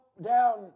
down